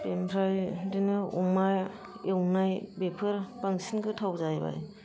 बेनिफ्राय बिदिनो अमा एवनाय बेफोर बांसिन गोथाव जाहैबाय